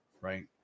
right